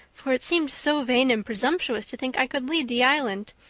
for it seemed so vain and presumptuous to think i could lead the island.